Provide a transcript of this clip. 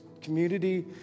community